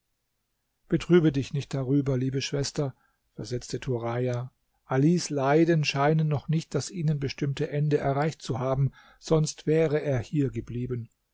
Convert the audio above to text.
betrübe dich nicht darüber liebe schwester versetzte turaja alis leiden scheinen noch nicht das ihnen bestimmte ende erreicht zu haben sonst wäre er hier geblieben